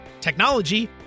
technology